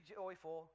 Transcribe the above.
joyful